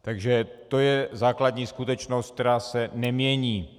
Takže to je základní skutečnost, která se nemění.